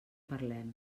parlem